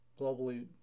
globally